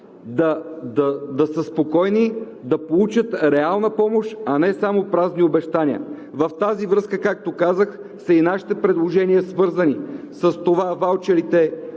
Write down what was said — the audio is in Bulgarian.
да са спокойни, да получат реална помощ, а не само празни обещания. В тази връзка, както казах, са и нашите предложения, свързани с това ваучерите